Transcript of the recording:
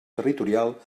territorial